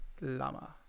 Llama